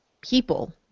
people